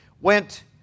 went